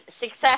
success